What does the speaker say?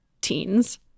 teens